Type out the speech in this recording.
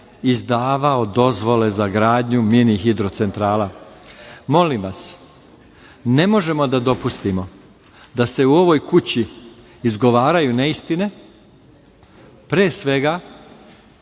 izdavao dozvole za gradnju mini hidrocentrala. Molim vas, ne možemo da dopustimo da se u ovoj kući izgovaraju neistine, pre svega